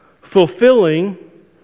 fulfilling